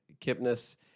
Kipnis